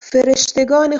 فرشتگان